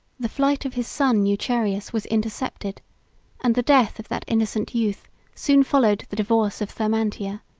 the flight of his son eucherius was intercepted and the death of that innocent youth soon followed the divorce of thermantia,